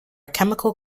chemical